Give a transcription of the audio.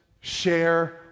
share